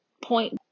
point